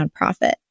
nonprofit